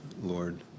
Lord